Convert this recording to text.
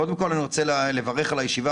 קודם כל אני רוצה לברך על הישיבה,